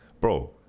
bro